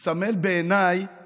מסמל בעיניי